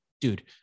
dude